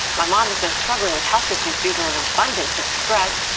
my mom has been struggling with health issues due to and a bundle of stress,